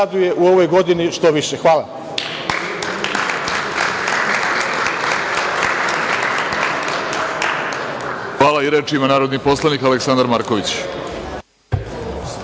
Orlić** Reč ima narodni poslanik Aleksandar Marković.